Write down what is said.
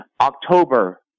october